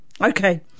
Okay